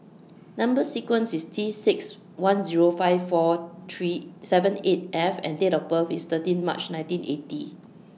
Number sequence IS T six one Zero five four three seven eight F and Date of birth IS thirteen March nineteen eighty